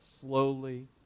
slowly